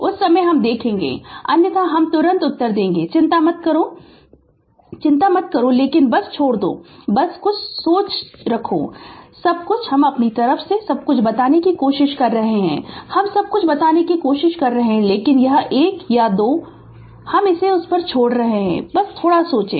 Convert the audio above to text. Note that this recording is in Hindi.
उस समय हम देखेंगे अन्यथा हम तुरंत उत्तर देगे चिंता मत करो चिंता मत करो लेकिन बस छोड़ दो बस कुछ सोच रखो सब कुछ हम अपनी तरफ से सब कुछ बताने की कोशिश कर रहे हैं हम सब कुछ बताने की पूरी कोशिश कर रहे है लेकिन यह 1 या 2 है हम इसे उस पर छोड़ रहे है बस सोचो